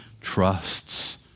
trusts